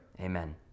Amen